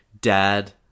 dad